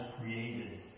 created